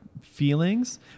feelings